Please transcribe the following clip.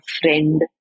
friend